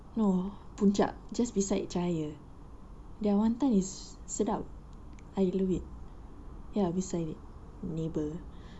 no puncak just beside cahaya their wanton is sedap I love it ya beside it neighbour